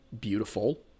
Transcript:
beautiful